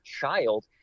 child